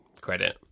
credit